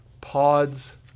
pods